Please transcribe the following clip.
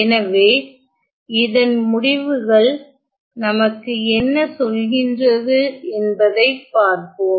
எனவே இதன் முடிவுகள் நமக்கு என்ன சொல்கின்றது என்பதை பார்ப்போம்